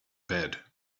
bed